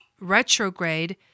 retrograde